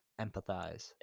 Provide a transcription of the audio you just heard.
empathize